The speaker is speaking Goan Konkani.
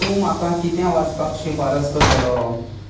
तूं म्हाका कितें वाचपाक शिफारस करतलो